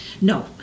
No